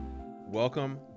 Welcome